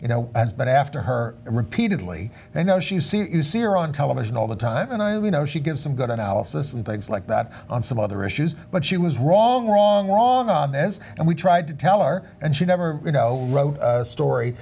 you know as but after her repeatedly you know she see you see her on television all the time and i know she gives some good analysis and things like that on some other issues but she was wrong wrong wrong on this and we tried to tell her and she never you know wrote a story